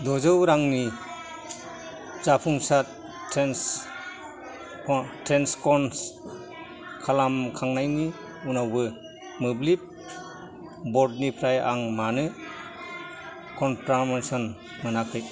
द'जौ रांनि जाफुंसार ट्रेन्स कन ट्रेन्सजेकसन खालामखांनायनि उनावबो मोब्लिब ब'र्डनिफ्राय आं मानो कन्फार्मेसन मोनाखै